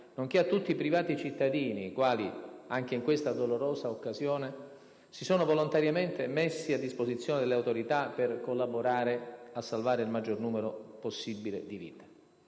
nonché a tutti i privati cittadini che, anche in questa dolorosa occasione, si sono volontariamente messi a disposizione delle autorità per collaborare a salvare il maggior numero possibile di vite.